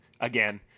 again